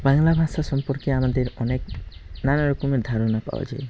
বাংলা ভাষা সম্পর্কে আমাদের অনেক নানা রকমের ধারণা পাওয়া যায়